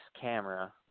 camera